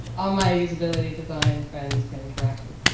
all my usability design friends can correct me.